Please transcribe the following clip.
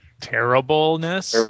Terribleness